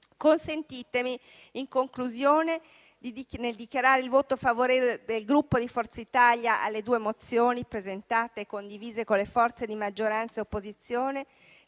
CRAXI). In conclusione, nel dichiarare il voto favorevole del Gruppo Forza Italia alle due mozioni presentate e condivise con le forze di maggioranza e opposizione,